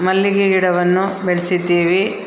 ಮಲ್ಲಿಗೆ ಗಿಡವನ್ನು ಬೆಳೆಸಿದ್ದೀವಿ